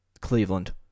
Cleveland